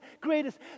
greatest